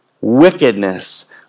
wickedness